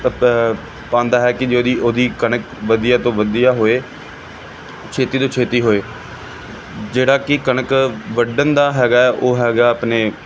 ਪ ਪਾਉਂਦਾ ਹੈ ਕਿ ਜਿਹੜੀ ਉਹਦੀ ਕਣਕ ਵਧੀਆ ਤੋਂ ਵਧੀਆ ਹੋਵੇ ਛੇਤੀ ਤੋਂ ਛੇਤੀ ਹੋਵੇ ਜਿਹੜਾ ਕਿ ਕਣਕ ਵੱਢਣ ਦਾ ਹੈਗਾ ਹੈ ਉਹ ਹੈਗਾ ਆਪਣੇ